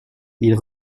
ils